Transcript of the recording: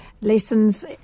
lessons